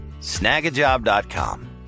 Snagajob.com